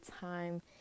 time